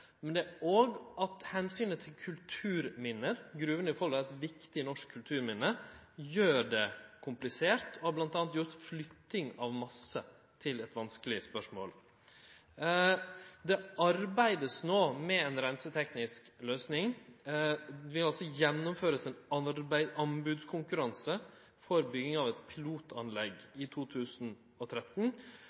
til kulturminne – gruvene i Folldal er eit viktig norsk kulturminne – gjer det òg komplisert, og har bl.a. gjort flytting av masse til eit vanskeleg spørsmål. Det vert no arbeidt med ei reinseteknisk løysing ved at det vert gjennomført ein anbodskonkurranse for bygging av eit pilotanlegg i 2013,